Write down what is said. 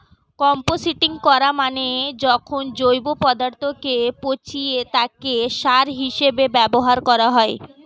composting করা মানে যখন জৈব পদার্থকে পচিয়ে তাকে সার হিসেবে ব্যবহার করা হয়